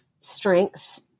strengths